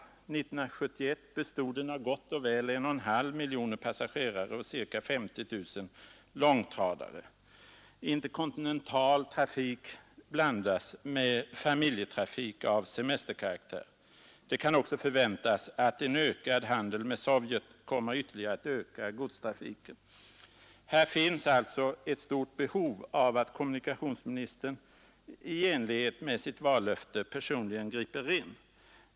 1971 bestod den av gott och väl 1,5 miljoner passagerare och ca 50 000 långtradare. Interkontinental trafik blandas med familjetrafik av semesterkaraktär. Det kan också väntas att en vidgad handel med Sovjet kommer att ytterligare öka godstrafiken. Här finns alltså ett stort behov av att kommunikationsministern i enlighet med sitt vallöfte personligen griper in.